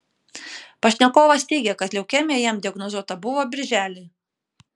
pašnekovas teigia kad leukemija jam diagnozuota buvo birželį